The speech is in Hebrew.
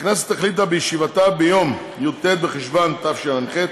הכנסת החליטה בישיבתה ביום י"ט בחשוון התשע"ח,